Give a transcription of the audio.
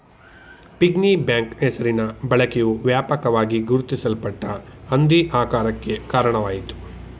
piggy bank ಹೆಸರಿನ ಬಳಕೆಯು ವ್ಯಾಪಕವಾಗಿ ಗುರುತಿಸಲ್ಪಟ್ಟ ಹಂದಿ ಆಕಾರಕ್ಕೆ ಕಾರಣವಾಯಿತು